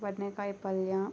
ಬದ್ನೆಕಾಯಿ ಪಲ್ಯ